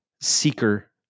seeker